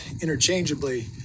interchangeably